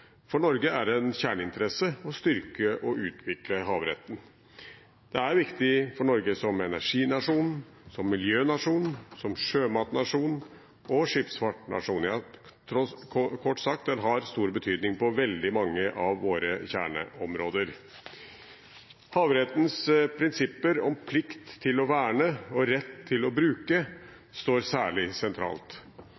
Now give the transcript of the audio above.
For Norge er det en kjerneinteresse å styrke og utvikle havretten. Det er viktig for Norge som energinasjon, som miljønasjon, som sjømatnasjon og som skipsfartsnasjon – kort sagt, den har stor betydning på veldig mange av våre kjerneområder. Havrettens prinsipper om plikt til å verne og rett til å bruke